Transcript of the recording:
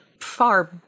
far